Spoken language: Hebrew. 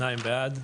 הצבעה בעד,